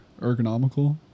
ergonomical